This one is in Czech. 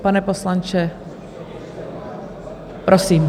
Pane poslanče, prosím.